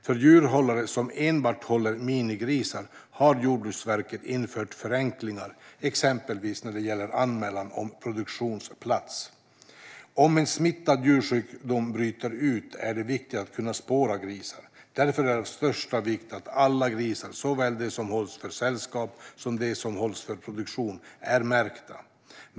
För djurhållare som enbart håller minigrisar har Jordbruksverket infört förenklingar, exempelvis när det gäller anmälan om produktionsplats. Om en smittsam djursjukdom bryter ut är det viktigt att kunna spåra grisar. Därför är det av största vikt att alla grisar, såväl de som hålls för sällskap som de som hålls för produktion, är märkta.